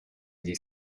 gli